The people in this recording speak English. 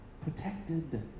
protected